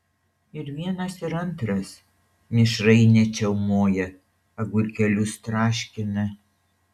ir vienas ir antras mišrainę čiaumoja agurkėlius traškina